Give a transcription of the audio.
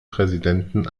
präsidenten